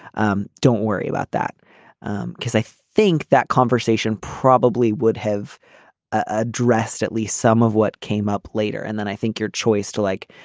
um don't worry about that um because i think that conversation probably would have addressed at least some of what came up later and then i think your choice to like.